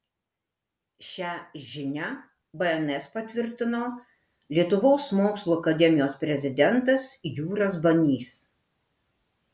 šią žinią bns patvirtino lietuvos mokslų akademijos prezidentas jūras banys